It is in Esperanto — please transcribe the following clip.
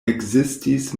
ekzistis